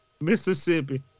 Mississippi